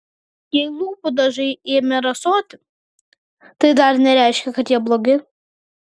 jei lūpų dažai ėmė rasoti tai dar nereiškia kad jie blogi